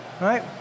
right